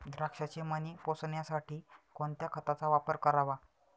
द्राक्षाचे मणी पोसण्यासाठी कोणत्या खताचा वापर करावा?